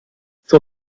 zur